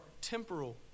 temporal